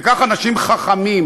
וככה אנשים חכמים,